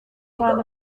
find